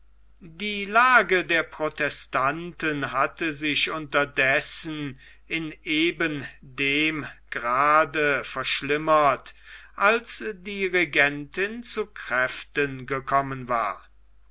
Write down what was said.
die lage der protestanten hatte sich unterdessen in eben dem grade verschlimmert als die regentin zu kräften gekommen war